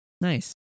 nice